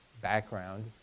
background